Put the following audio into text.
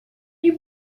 you